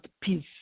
peace